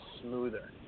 smoother